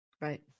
Right